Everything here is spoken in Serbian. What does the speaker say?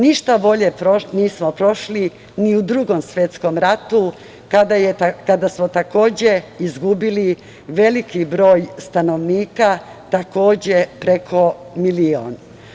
Ništa bolje nismo prošli ni u Drugom svetskom ratu, kada smo, takođe, izgubili veliki broj stanovnika, takođe preko milion.